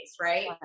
Right